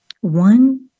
One